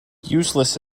useless